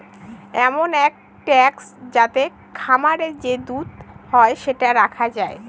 এমন এক ট্যাঙ্ক যাতে খামারে যে দুধ হয় সেটা রাখা যায়